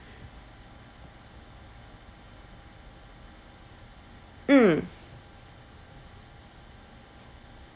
mm